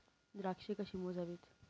द्राक्षे कशी मोजावीत?